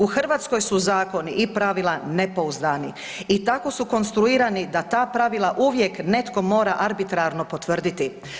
U Hrvatskoj su zakoni i pravila nepouzdani i tako su konstruirani da ta pravila uvijek netko mora arbitrarno potvrditi.